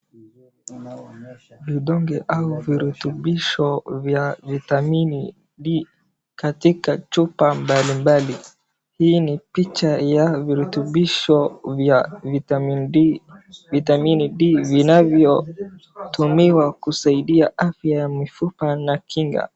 Vidonge au virutubisho vya vitamini D katika chupa mbalimbali, hii ni picha ya virutubisho vya vitamini D vinavyotumiwa kusaidia afya ya mifupa na kinga .